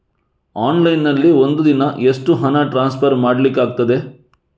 Online ನಲ್ಲಿ ಒಂದು ದಿನ ಎಷ್ಟು ಹಣ ಟ್ರಾನ್ಸ್ಫರ್ ಮಾಡ್ಲಿಕ್ಕಾಗ್ತದೆ?